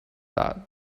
that